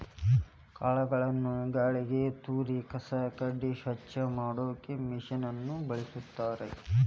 ಕಾಳುಗಳನ್ನ ಗಾಳಿಗೆ ತೂರಿ ಕಸ ಕಡ್ಡಿ ಸ್ವಚ್ಛ ಮಾಡಾಕ್ ಮಷೇನ್ ನ ಬಳಸ್ತಾರ